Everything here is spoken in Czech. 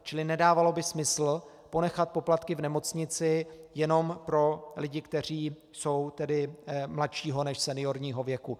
Čili nedávalo by smysl ponechat poplatky v nemocnici jenom pro lidi, kteří jsou mladšího než seniorního věku.